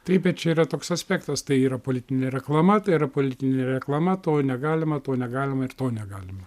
taip bet čia yra toks aspektas tai yra politinė reklama tai yra politinė reklama to negalima to negalima ir to negalima